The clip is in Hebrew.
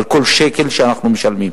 על כל שקל שאנחנו משלמים.